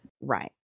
Right